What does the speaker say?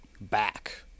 back